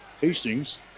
Hastings